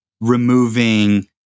removing